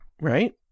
right